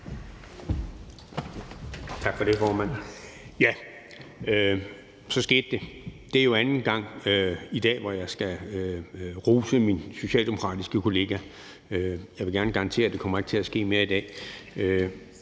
Tak for det, formand. Ja, så skete det. Det er jo anden gang i dag, hvor jeg skal rose min socialdemokratiske kollega. Jeg vil gerne garantere, at det ikke kommer til at ske mere i dag.